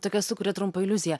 tokią sukuria trumpą iliuziją